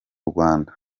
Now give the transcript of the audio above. rwanda